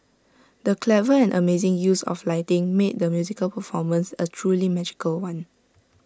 the clever and amazing use of lighting made the musical performance A truly magical one